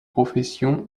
profession